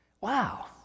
Wow